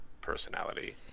personality